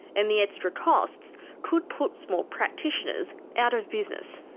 and the extra costs could put small practitioners out of business.